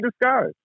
disguise